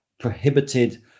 prohibited